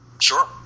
Sure